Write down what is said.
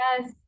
Yes